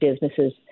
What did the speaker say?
businesses